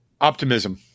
Optimism